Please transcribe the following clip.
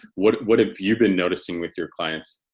what what have you been noticing with your clients?